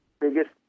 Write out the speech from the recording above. biggest